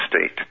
state